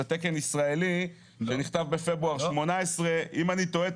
תקן ישראלי שנכתב בפברואר 2018. אם אני טועה,